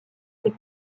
ses